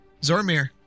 Zormir